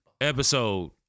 episode